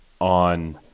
on